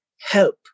help